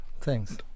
Thanks